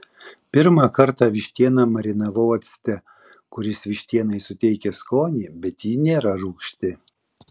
pirmą kartą vištieną marinavau acte kuris vištienai suteikia skonį bet ji nėra rūgšti